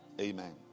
Amen